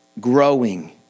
growing